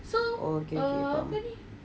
oh okay okay faham